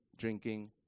drinking